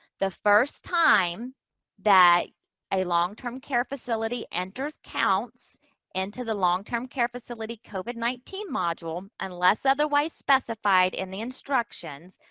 the first time that a long-term care facility enters counts into the long-term care facility covid nineteen module, unless otherwise specified in the instructions,